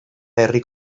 herri